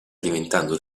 diventando